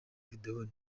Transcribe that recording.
video